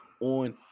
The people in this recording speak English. on